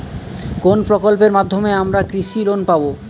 কোন প্রকল্পের মাধ্যমে আমরা কৃষি লোন পাবো?